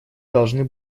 должны